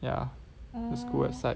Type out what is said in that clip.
ya school website